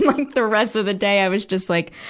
like the rest of the day, i was just like,